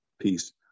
peace